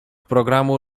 programu